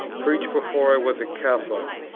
preached, before i was a catholic,